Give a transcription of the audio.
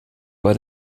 bei